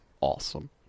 awesome